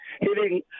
hitting